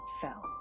fell